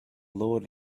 lord